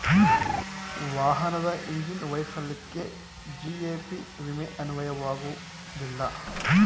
ವಾಹನದ ಇಂಜಿನ್ ವೈಫಲ್ಯಕ್ಕೆ ಜಿ.ಎ.ಪಿ ವಿಮೆ ಅನ್ವಯವಾಗುವುದಿಲ್ಲ